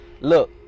look